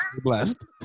blessed